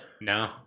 no